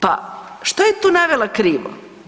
Pa što je tu navela krivo?